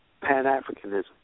Pan-Africanism